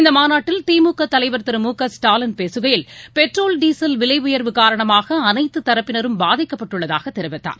இந்தமாநாட்டில் திமுகதலைவர் திரு மு க ஸ்டாலின் பேசுகையில் பெட்ரோல் டீசல் விலைஉயர்வு காரணமாகஅனைத்துதரப்பினரும் பாதிக்கப்பட்டுள்ளதாகதெரிவித்தார்